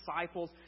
disciples